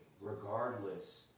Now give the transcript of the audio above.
regardless